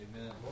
Amen